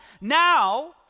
now